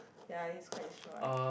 ya he's quite so I